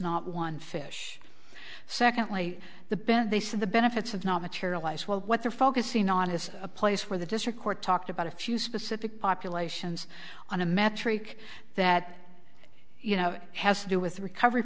not one fish secondly the bend they see the benefits of not materialize what they're focusing on is a place where the district court talked about a few specific populations on a metric that you know has to do with the recovery